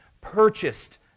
purchased